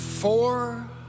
Four